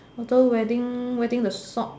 although wearing wearing the sock